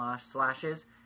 slashes